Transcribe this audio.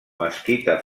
mesquita